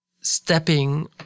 stepping